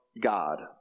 God